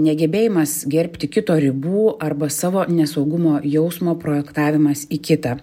negebėjimas gerbti kito ribų arba savo nesaugumo jausmo projektavimas į kitą